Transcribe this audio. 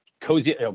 cozy